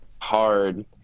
hard